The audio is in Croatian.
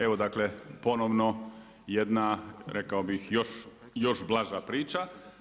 Evo dakle ponovno jedna rekao bih još blaža priča.